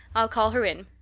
i'll call her in.